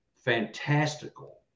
fantastical